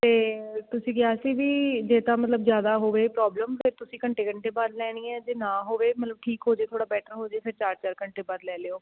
ਅਤੇ ਤੁਸੀਂ ਕਿਹਾ ਸੀ ਵੀ ਜੇ ਤਾਂ ਮਤਲਬ ਜ਼ਿਆਦਾ ਹੋਵੇ ਪ੍ਰੋਬਲਮ ਫਿਰ ਤੁਸੀਂ ਘੰਟੇ ਘੰਟੇ ਬਾਅਦ ਲੈਣੀ ਹੈ ਜੇ ਨਾ ਹੋਵੇ ਮਤਲਬ ਠੀਕ ਹੋ ਜੇ ਥੋੜ੍ਹਾ ਬੈਟਰ ਹੋ ਜੇ ਫਿਰ ਚਾਰ ਚਾਰ ਘੰਟੇ ਬਾਅਦ ਲੈ ਲਿਓ